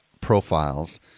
profiles